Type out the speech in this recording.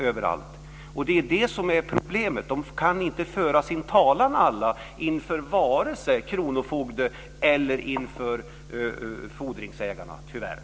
Problemet är att alla inte kan föra sin talan inför vare sig kronofogde eller fordringsägare, tyvärr.